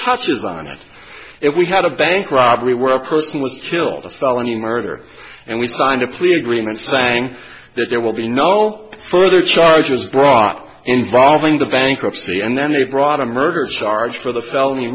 touches on it we had a bank robbery where a person was killed a felony murder and we signed a plea agreement saying that there will be no further charges brought involving the bankruptcy and then they brought a murder charge for the felony